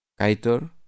Kaitor